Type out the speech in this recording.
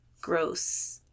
gross